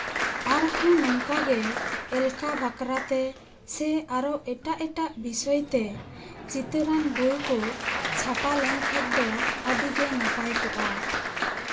ᱟᱨᱦᱚᱸ ᱱᱚᱝᱠᱟ ᱜᱮ ᱮᱞᱠᱷᱟ ᱵᱟᱠᱷᱨᱟ ᱛᱮ ᱥᱮ ᱟᱨᱚ ᱮᱴᱟᱜ ᱮᱴᱟᱜ ᱵᱤᱥᱚᱭ ᱛᱮ ᱪᱤᱛᱟᱹᱨᱟᱱ ᱵᱳᱭ ᱠᱚ ᱪᱷᱟᱯᱟ ᱞᱮᱱᱠᱷᱟᱡ ᱫᱚ ᱟᱹᱰᱤ ᱜᱮ ᱱᱟᱯᱟᱭ ᱠᱚᱜᱼᱟ